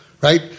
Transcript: right